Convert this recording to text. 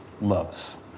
loves